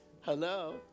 hello